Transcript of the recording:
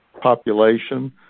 population